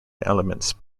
elements